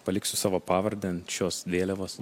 paliksiu savo pavardę ant šios vėliavos